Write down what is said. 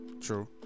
True